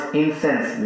incense